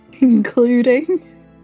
including